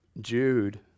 Jude